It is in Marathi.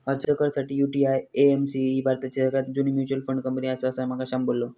अर्ज कर साठी, यु.टी.आय.ए.एम.सी ही भारताची सगळ्यात जुनी मच्युअल फंड कंपनी आसा, असा माका श्याम बोललो